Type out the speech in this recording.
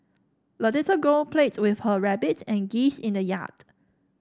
the little girl played with her rabbit and geese in the yard